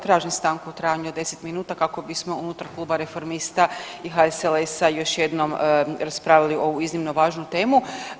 Tražim stanku u trajanju od 10 minuta kako bismo unutar Kluba Reformista i HSLS-a još jednom raspravili ovu iznimno važnu temu.